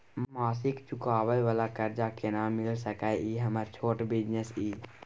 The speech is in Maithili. मासिक चुकाबै वाला कर्ज केना मिल सकै इ हमर छोट बिजनेस इ?